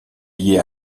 liée